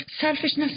selfishness